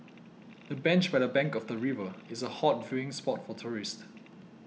the bench by the bank of the river is a hot viewing spot for tourists